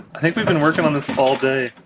i think we've been working on this all day